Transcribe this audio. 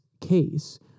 case